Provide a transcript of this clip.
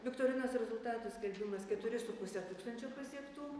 viktorinos rezultatų skelbimas keturi su puse tūkstančio pasiektų